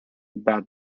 but